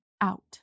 out